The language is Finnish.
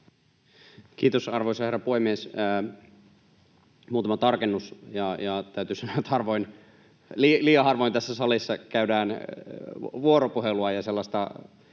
Kiitos, arvoisa herra puhemies! Muutama tarkennus, ja täytyy sanoa, että liian harvoin tässä salissa käydään vuoropuhelua ja sellaista